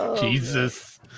Jesus